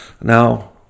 Now